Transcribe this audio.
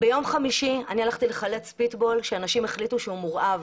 ביום חמישי הלכתי לחלץ פיטבול שאנשים החליטו שהוא מורעב